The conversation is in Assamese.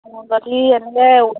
অঁ যদি এনেকৈ